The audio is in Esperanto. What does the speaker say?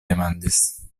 demandis